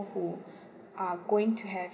who are going to have